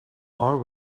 all